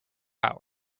hours